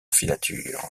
filature